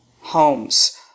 homes